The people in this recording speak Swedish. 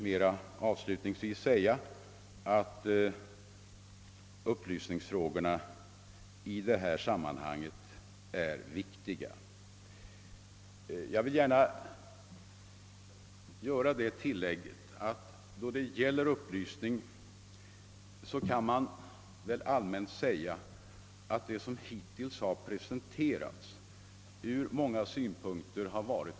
Får jag avslutningsvis säga, att upplysningsfrågorna i detta sammanhang är viktiga. Då det gäller upplysningen kan man väl rent allmänt säga att det som = hittills har presenterats ur många synpunkter varit tveksamt.